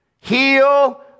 heal